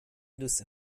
دوست